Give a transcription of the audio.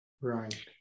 right